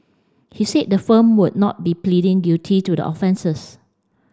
he said the firm would not be pleading guilty to the offences